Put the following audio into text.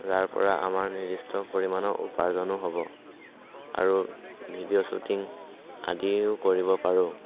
যাৰ পৰা আমাৰ নিৰ্দিষ্ট পৰিমাণৰ উপাৰ্জনো হ'ব আৰু ভিডিঅ' শ্বুটিং আদিও কৰিব পাৰোঁ